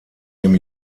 dem